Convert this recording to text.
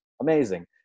Amazing